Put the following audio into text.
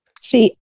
See